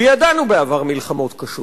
וידענו בעבר מלחמות קשות.